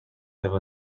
have